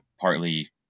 partly